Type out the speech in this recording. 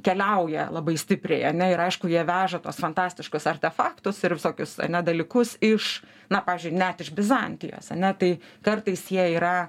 keliauja labai stipriai ane ir aišku jie veža tuos fantastiškus artefaktus ir visokius dalykus iš na pavyzdžiui net iš bizantijos ane tai kartais jie yra